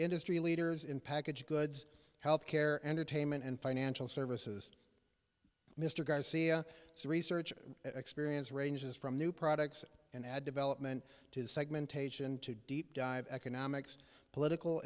industry leaders in packaged goods health care entertainment and financial services mr garcia says research experience ranges from new products and ad development to segmentation to deep dive economics political